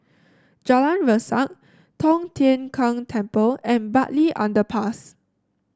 Jalan Resak Tong Tien Kung Temple and Bartley Underpass